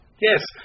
Yes